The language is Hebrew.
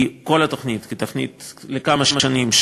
היא תוכנית לכמה שנים,